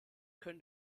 können